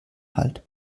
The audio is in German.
halt